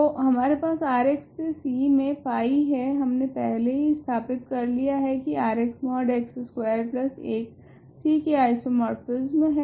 तो हमारे पास Rx से C मे फाई है हमने पहले ही स्थापित कर लिया है की Rx mod x square 1 C के आइसोमोर्फिसम है